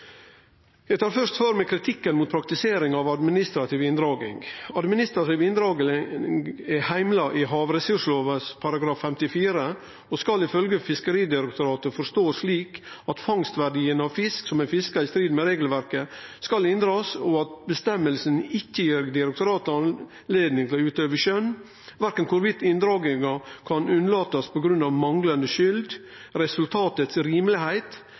tar først for meg kritikken mot praktiseringa av administrativ inndraging. Administrativ inndraging er heimla i havressurslova § 54 og skal ifølgje Fiskeridirektoratet forståast slik at fangstverdien av fisk som er fiska i strid med regelverket, skal inndragast, og at føresegna ikkje gir direktoratet høve til å utøve skjøn, verken om ein kan unnlate inndraging på grunn av manglande skyld,